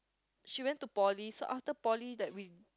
she went to poly so after poly that we